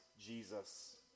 Jesus